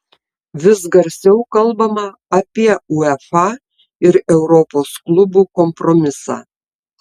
vis garsiau kalbama apie uefa ir europos klubų kompromisą